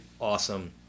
awesome